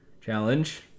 Challenge